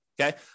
Okay